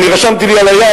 רשמתי לי על היד,